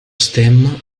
stemma